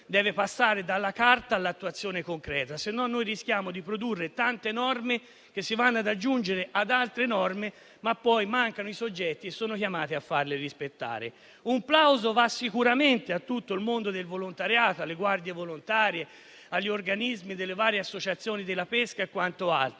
Un plauso va sicuramente a tutto il mondo del volontariato, alle guardie volontarie, agli organismi delle varie associazioni della pesca e quant'altro.